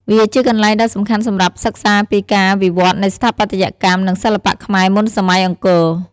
វាជាកន្លែងដ៏សំខាន់សម្រាប់សិក្សាពីការវិវឌ្ឍនៃស្ថាបត្យកម្ម និងសិល្បៈខ្មែរមុនសម័យអង្គរ។